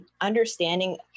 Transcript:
understanding